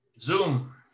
Zoom